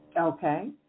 Okay